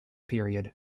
period